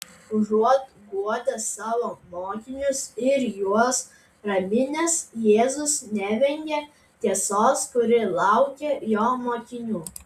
užuot guodęs savo mokinius ir juos raminęs jėzus nevengia tiesos kuri laukia jo mokinių